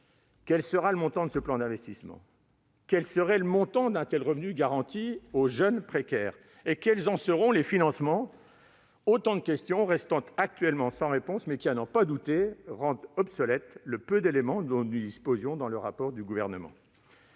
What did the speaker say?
Quel sera le montant de ce plan d'investissement ? Quel serait le montant d'un tel revenu garanti aux jeunes précaires ? Et comment seront-ils financés ? Autant de questions qui restent actuellement sans réponse, mais qui, à n'en pas douter, rendent obsolète le peu d'éléments qui figuraient dans le rapport du Gouvernement.